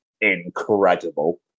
incredible